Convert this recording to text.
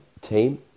team